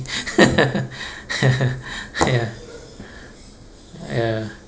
ya ya